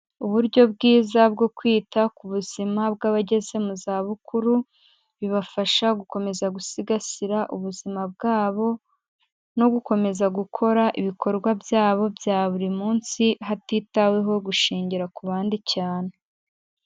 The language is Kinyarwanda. Uburyo bwiza bwo kwita ku buzima bw'abageze mu zabukuru, bibafasha gukomeza gusigasira ubuzima bwabo, no gukomeza gukora ibikorwa byabo bya buri munsi, hatitaweho gushingira ku bandi cyane.